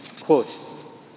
Quote